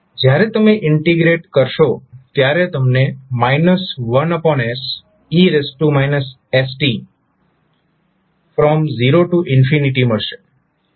જ્યારે તમે ઇન્ટિગ્રેટ કરશો ત્યારે તમને 1se st |0 મળશે